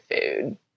food